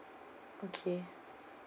okay